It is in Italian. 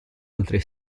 altri